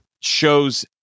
shows